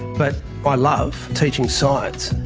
but i love teaching science.